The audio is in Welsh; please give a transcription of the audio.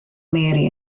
mary